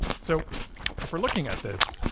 so if we're looking at this,